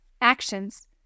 Actions